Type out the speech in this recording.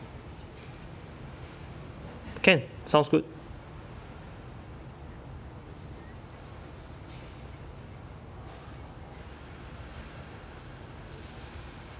can sounds good